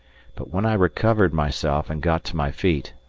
but when i recovered myself and got to my feet,